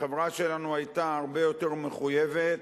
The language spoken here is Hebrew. החברה שלנו היתה הרבה יותר מחויבת,